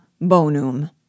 bonum